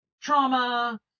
trauma